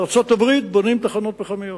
בארצות-הברית בונים תחנות פחמיות,